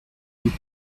mille